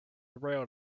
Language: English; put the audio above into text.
rail